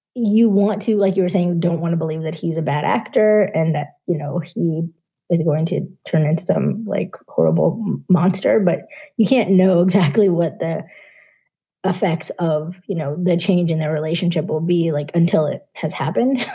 you want to. like you were saying, don't want to believe that he's a bad and that, you know, he is going to turn into them like a horrible monster, but you can't know exactly what the effects of, you know, the change in their relationship will be like until it has happened.